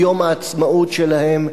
ליום העצמאות שלהם,